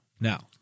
Now